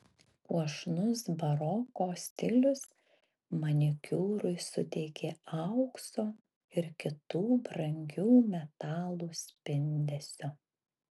puošnus baroko stilius manikiūrui suteikė aukso ir kitų brangių metalų spindesio